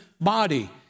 body